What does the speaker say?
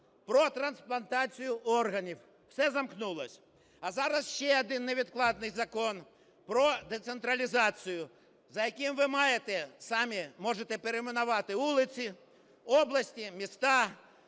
про трансплантацію органів. Все замкнулося. А зараз ще один невідкладний Закон про децентралізацію, за яким ви маєте, самі можете перейменувати вулиці, області, міста.